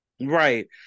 right